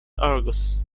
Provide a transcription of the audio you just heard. argos